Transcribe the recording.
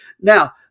Now